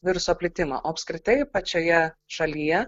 viruso plitimą o apskritai pačioje šalyje